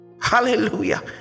hallelujah